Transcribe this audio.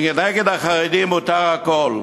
כי נגד החרדים מותר הכול.